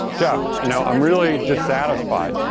jeff, you know i'm really dissatisfied,